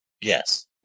Yes